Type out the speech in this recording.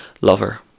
Lover